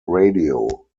radio